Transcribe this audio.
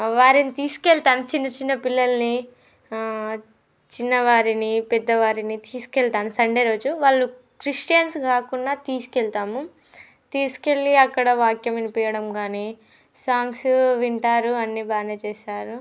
వారిని తీసుకెళతాను చిన్న చిన్న పిల్లలని చిన్నవారిని పెద్దవారిని తీసుకువెళతాను సండే రోజు వాళ్ళు క్రిస్టియన్స్ కాకున్నా తీసుకెళతాము తీసుకెళ్ళి అక్కడ వాక్యం వినిపించడం కానీ సాంగ్స్ వింటారు అన్ని బాగానే చేస్తారు